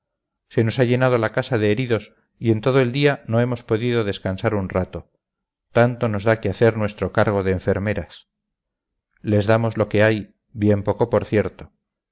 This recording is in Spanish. se nos ha llenado la casa de heridos y en todo el día no hemos podido descansar un rato tanto nos da que hacer nuestro cargo de enfermeras les damos lo que hay bien poco por cierto